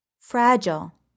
Fragile